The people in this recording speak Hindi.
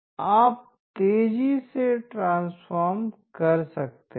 आप तेजी से ट्रांसफॉमर्स कर सकते हैं